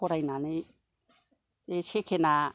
फरायनानै बे सेकेन्डना